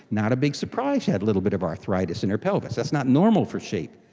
not a big surprise she had a little bit of arthritis in her pelvis. that's not normal for sheep.